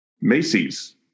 Macy's